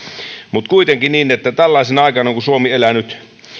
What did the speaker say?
kuitenkin tällaisena aikana kun suomessa eletään nyt